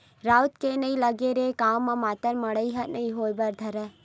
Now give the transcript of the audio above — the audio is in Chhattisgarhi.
राउत के नइ लगे ले गाँव म मातर मड़ई ह नइ होय बर धरय